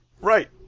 Right